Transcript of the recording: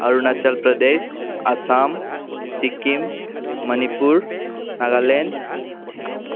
Arunachal Pradesh Assam Sikkim Manipur Nagaland